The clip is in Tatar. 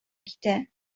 китә